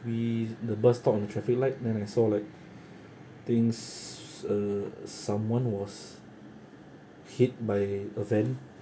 we the bus stop at the traffic light then I saw like things uh someone was hit by a van